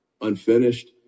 unfinished